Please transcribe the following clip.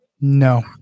no